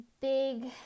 big